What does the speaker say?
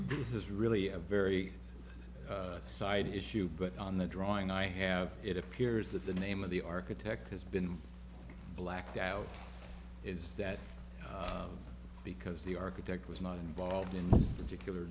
this is really a very side issue but on the drawing i have it appears that the name of the architect has been blacked out is that because the architect was not involved in particular